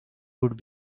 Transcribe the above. would